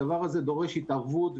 הדבר הזה דורש התערבות,